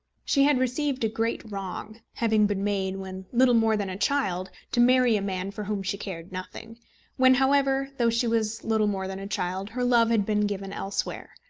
she had received a great wrong having been made, when little more than a child, to marry a man for whom she cared nothing when, however, though she was little more than a child, her love had been given elsewhere.